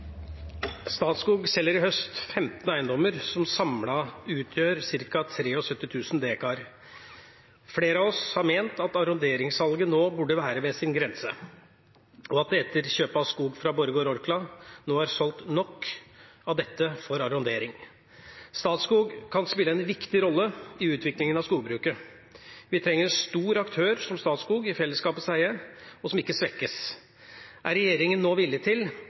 Statskog kan spille en viktig rolle i utvikling av skogbruket. Vi trenger en stor aktør som Statskog i fellesskapets eie, og som ikke svekkes. Er regjeringen nå villig til